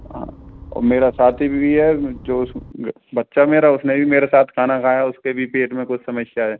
हाँ और मेरा साथी भी है जो बच्चा मेरा उसने भी मेरे साथ खाना खाया उसके भी पेट में कुछ समस्या है